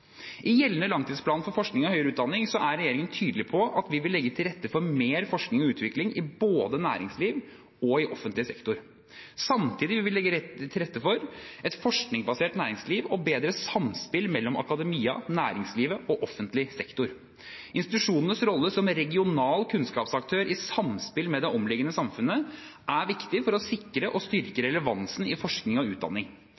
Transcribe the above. I gjeldende langtidsplan for forskning og høyere utdanning er regjeringen tydelig på at vi vil legge til rette for mer forskning og utvikling i både næringsliv og offentlig sektor. Samtidig vil vi legge til rette for et forskningsbasert næringsliv og bedre samspill mellom akademia, næringslivet og offentlig sektor. Institusjonenes rolle som regional kunnskapsaktør i samspill med det omliggende samfunnet er viktig for å sikre og styrke